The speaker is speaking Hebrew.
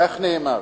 כך נאמר: